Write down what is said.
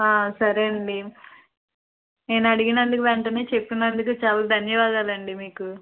సరెండి నేను అడిగినందుకు వెంటనే చెప్పినందుకు చాలా ధన్యవాదాలండి మీకు